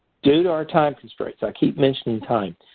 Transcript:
data are time constraints. i keep mentioning time,